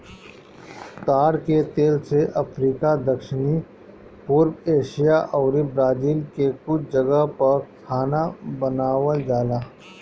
ताड़ के तेल से अफ्रीका, दक्षिण पूर्व एशिया अउरी ब्राजील के कुछ जगह पअ खाना बनावल जाला